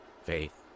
faith